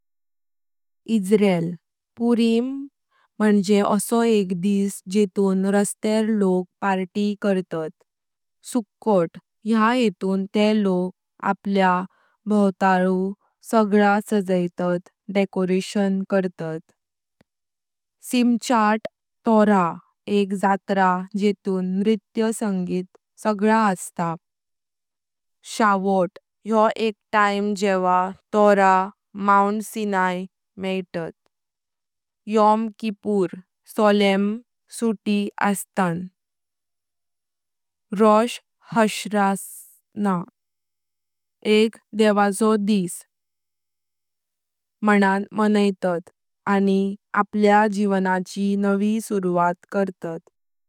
इस्राएल। Purim: म्हणजे असा एक दिवस जेतून रस्त्यार लोक पार्टी करतात। सुक्कोत: या जेतून ते लोक आपल्या भोवताळु सगळा सजायीतात, डेकोरेशन करतात। सिमखत तोराह: एक जात्रा जेतून नृत्य संगीतर संगळा असता। शवौत: योह येह टाइम जेव्हा तोराह, माउंट सायनाई, मेईतात। यॉम किप्पुर: सॉलम सुटी असतान। रोश हाशनाह: एक देवाचो दिवस मनान मनायीतात, आणि आपल्या जीवनाची नवी सुरुवात करतात।